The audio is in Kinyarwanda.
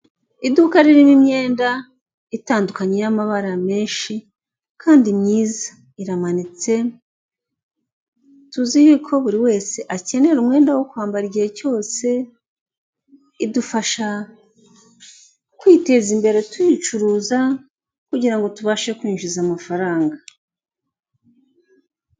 Iduka ririmo imyenda itandukanye y'amabara menshi kandi myiza, iramanitse tuzi yuko buri wese akenera umwenda wo kwambara, igihe cyose idufasha kwiteza imbere tuyicuruza kugira ngo tubashe kwinjiza amafaranga.